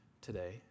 today